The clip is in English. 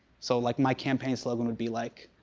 so like, my campaign slogan would be like,